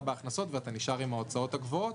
בהכנסות ואתה נשאר עם ההוצאות הגבוהות.